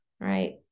right